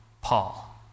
Paul